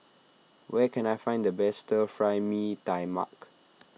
where can I find the best Fry Mee Tai Mak